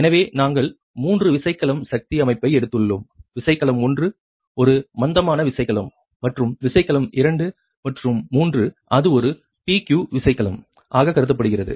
எனவே நாங்கள் மூன்று விசைக்கலம் சக்தி அமைப்பை எடுத்துள்ளோம் விசைக்கலம் 1 ஒரு மந்தமான விசைக்கலம் மற்றும் விசைக்கலம் 2 மற்றும் 3 அது ஒரு PQ விசைக்கலம் ஆக கருதப்படுகிறது